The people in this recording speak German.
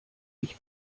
ich